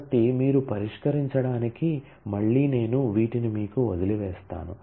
కాబట్టి మీరు పరిష్కరించడానికి మళ్ళీ నేను వీటిని మీకు వదిలివేస్తాను